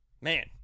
man